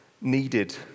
needed